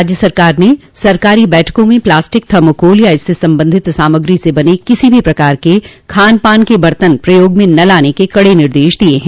राज्य सरकार ने सरकारी बैठकों में प्लास्टिक थर्माकोल या इससे संबंधित सामग्री से बने किसी भी प्रकार के खान पान के बर्तन प्रयोग में न लाने के कड़े निर्देश दिये हैं